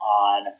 on